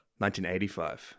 1985